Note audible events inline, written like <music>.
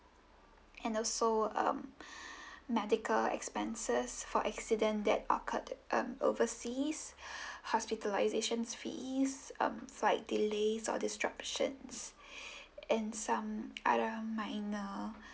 and also um <breath> medical expenses for accident that occurred um overseas <breath> hospitalisation fees um flight delays or disruptions <breath> and some other minor